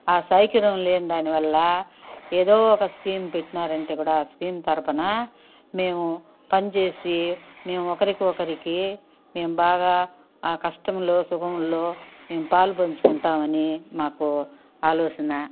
సౌకరంలేని దానివల్ల ఏదో ఒక స్కీం పెట్టినారంటేకూడా స్కీం తరపున మేము పనిచేసి మేము ఒకరికి ఒకరికి మేము బాగా కష్టంలో సుఖంలో మేము పాలు పంచుకుంటామని మాకు ఆలోచన